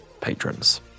patrons